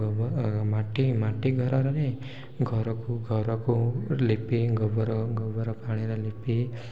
ଆମର ଗୋବର ମାଟି ଘରରେ ଘରକୁ ଲିପି ଗୋବର ଗୋବର ପାଣିରେ ଲିପି